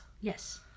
Yes